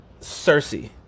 Cersei